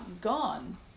gone